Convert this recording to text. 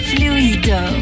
Fluido